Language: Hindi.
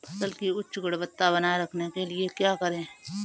फसल की उच्च गुणवत्ता बनाए रखने के लिए क्या करें?